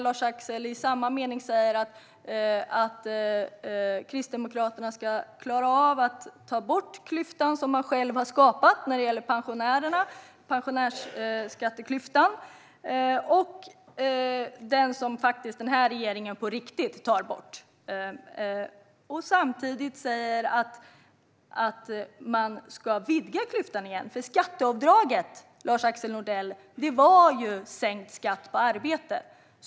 Lars-Axel Nordell säger att Kristdemokraterna ska klara av att ta bort den klyfta som de själva har skapat för pensionärerna, pensionärsskatteklyftan, som den här regeringen på riktigt nu tar bort. Samtidigt säger han att de ska vidga klyftan igen. För skatteavdraget, Lars-Axel Nordell, var ju sänkt skatt på arbete.